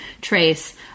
trace